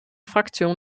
fraktion